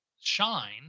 shine